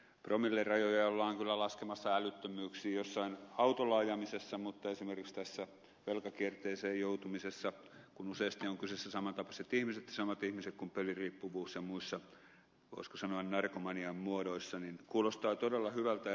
promillerajoja ollaan kyllä laskemassa älyttömyyksiin jonkun autolla ajamisen kohdalla mutta kun esimerkiksi tässä velkakierteeseen joutumisessa useasti ovat kyseessä samantapaiset ihmiset ja samat ihmiset kuin peliriippuvuudessa ja muissa voisiko sanoa narkomanian muodoissa niin kuulostaa todella hyvältä